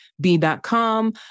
B.com